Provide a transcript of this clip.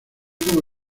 como